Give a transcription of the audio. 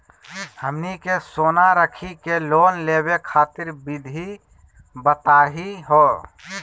हमनी के सोना रखी के लोन लेवे खातीर विधि बताही हो?